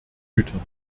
gütern